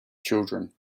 children